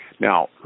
Now